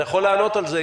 אם אתה יכול לענות על זה,